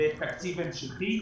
תקציב המשכי,